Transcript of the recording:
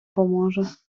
поможе